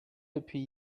depuis